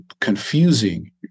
confusing